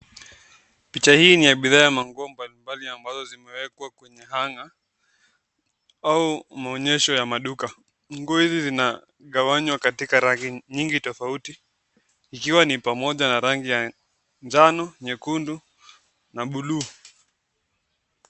Picha hii niya bidhaa ya manguo mbalimbali ambayo zimewekwa kwenye hunger [cs) au maonyesho ya duka. Nguo hizi zinagawanywa katika rangi nyingi tofauti ikiwa ni pamoja na rangi ya njano, nyekundu na buluu.